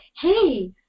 hey